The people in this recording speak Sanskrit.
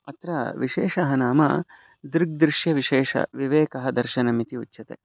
अत्र विशेषः नाम दृग् दृश्यविशेषः विवेकः दर्शनमिति उच्यते